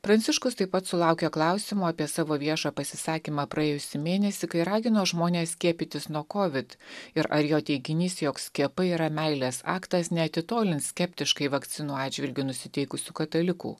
pranciškus taip pat sulaukė klausimo apie savo viešą pasisakymą praėjusį mėnesį kai ragino žmones skiepytis nuo kovid ir ar jo teiginys jog skiepai yra meilės aktas neatitolins skeptiškai vakcinų atžvilgiu nusiteikusių katalikų